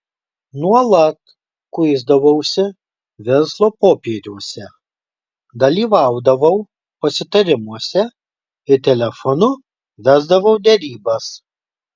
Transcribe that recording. nuolat kuisdavausi verslo popieriuose dalyvaudavau pasitarimuose ir telefonu vesdavau derybas